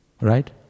right